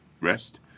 rest